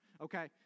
Okay